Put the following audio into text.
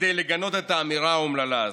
כדי לגנות את האמירה האומללה הזאת.